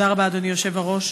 תודה רבה, אדוני היושב-ראש.